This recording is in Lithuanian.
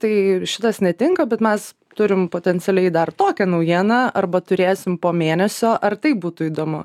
tai šitas netinka bet mes turim potencialiai dar tokią naujieną arba turėsim po mėnesio ar tai būtų įdomu